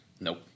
Nope